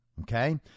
Okay